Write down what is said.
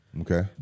Okay